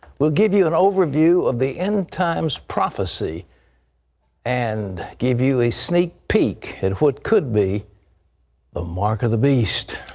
we'll give you an overview of the end times prophesy and give you a sneak peak at what could be the mark of the beast.